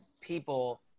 people